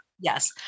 yes